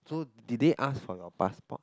so did they ask for your passport